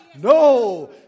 No